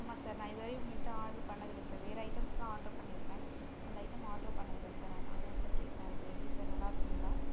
ஆமாம் சார் நான் இதுவரையும் உங்கக்கிட்டே ஆட்ரு பண்ணது இல்லை சார் வேற ஐட்டம்ஸ்லாம் ஆட்ரு பண்ணியிருக்கேன் அந்த ஐட்டம் ஆட்ரு பண்ணது இல்லை சார் அதனால தான் சார் கேக்கிறேன் அது எப்படி சார் நல்லாயிருக்குங்களா